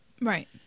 Right